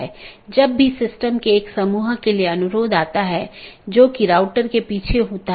इसलिए जब कोई असामान्य स्थिति होती है तो इसके लिए सूचना की आवश्यकता होती है